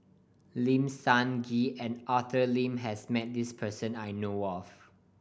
Lim Sun Gee and Arthur Lim has met this person that I know of